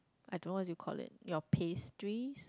I don't want you collect your pastries